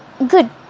Good